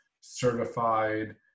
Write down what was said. certified